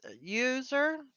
user